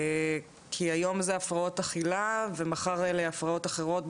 כי היום זה הפרעות אכילה ומחר אלה הפרעות אחרות,